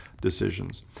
decisions